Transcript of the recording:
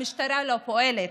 המשטרה לא פועלת.